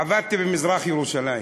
עבדתי במזרח-ירושלים,